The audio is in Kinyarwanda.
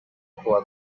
kuwa